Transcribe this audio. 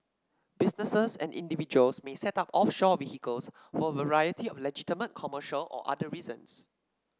businesses and individuals may set up offshore vehicles for a variety of legitimate commercial or other reasons